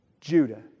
Judah